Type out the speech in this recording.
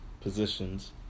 positions